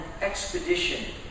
expedition